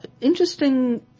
interesting